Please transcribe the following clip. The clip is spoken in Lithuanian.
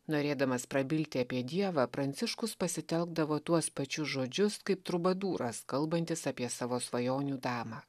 norėdamas prabilti apie dievą pranciškus pasitelkdavo tuos pačius žodžius kaip trubadūras kalbantis apie savo svajonių damą